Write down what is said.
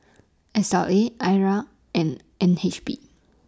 S L A I R and N H B